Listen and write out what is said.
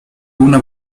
una